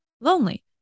lonely